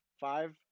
Five